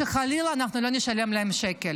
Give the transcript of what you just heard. שחלילה אנחנו לא נשלם להם שקל.